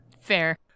Fair